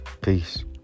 Peace